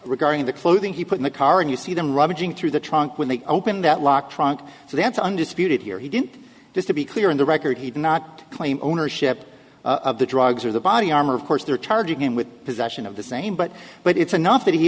regarding the clothing he put in the car and you see them rummaging through the trunk when they open that lock trunk so that's undisputed here he didn't just to be clear in the record he did not claim ownership of the drugs or the body armor of course they're charging him with possession of the same but but it's enough that he